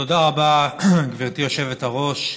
תודה רבה, גברתי היושבת-ראש.